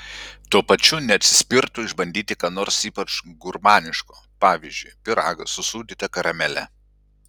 tuo pačiu neatsispirtų išbandyti ką nors ypač gurmaniško pavyzdžiui pyragą su sūdyta karamele